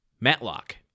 Matlock